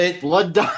Blood